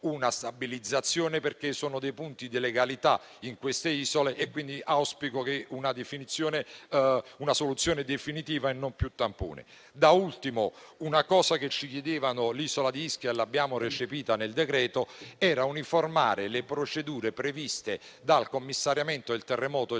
una stabilizzazione perché sono dei punti di legalità in queste isole. Quindi, auspico una soluzione definitiva e non più tampone. Da ultimo, una richiesta che proveniva dall'isola di Ischia - e l'abbiamo recepita nel decreto-legge - era uniformare le procedure previste dal commissariamento del terremoto del